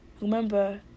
remember